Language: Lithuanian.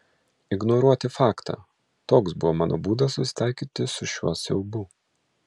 ignoruoti faktą toks buvo mano būdas susitaikyti su šiuo siaubu